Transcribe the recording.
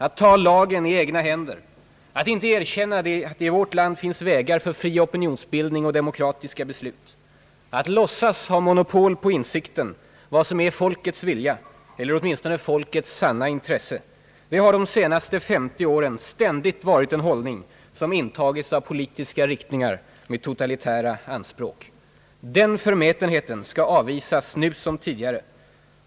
Att ta lagen i egna händer, att inte erkänna att det i vårt land finns vägar för fri opinionsbildning och demokratiska beslut, att låtsas ha monopol på insikten vad som är »folkets» vilja eller åtminstone folkets »sanna intresse» — det har de senaste femtio åren ständigt varit en hållning som intagits av politiska riktningar med totalitära anspråk. Den förmätenheten skall avvisas nu som tidigare.